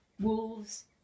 wolves